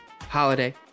holiday